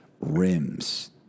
rims